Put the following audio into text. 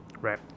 right